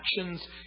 actions